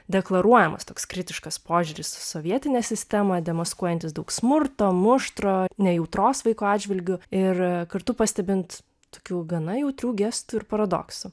deklaruojamas toks kritiškas požiūris į sovietinę sistemą demaskuojantis daug smurto muštro nejautros vaiko atžvilgiu ir kartu pastebint tokių gana jautrių gestų ir paradoksų